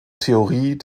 theorie